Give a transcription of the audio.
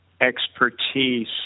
expertise